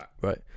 Right